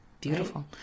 beautiful